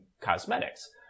cosmetics